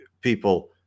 people